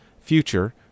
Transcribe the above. future